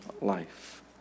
life